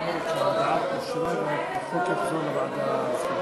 הודעת הוועדה לזכויות הילד על